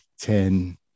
ten